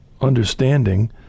understanding